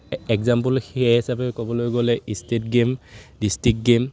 example সেয়া হিচাপে ক'বলৈ গ'লে ষ্টেট গে'ম ডিষ্ট্ৰিক্ট গে'ম